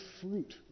fruit